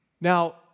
Now